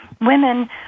women